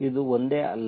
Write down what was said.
ಇದು ಒಂದೇ ಅಲ್ಲ